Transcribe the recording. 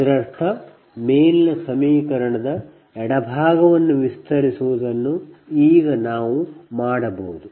ಇದರರ್ಥ ಮೇಲಿನ ಸಮೀಕರಣದ ಎಡಭಾಗವನ್ನು ವಿಸ್ತರಿಸುವುದನ್ನು ಈಗ ನಾವು ಮಾಡಬಹುದು